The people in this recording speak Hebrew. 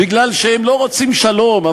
מפני שהם לא רוצים שלום.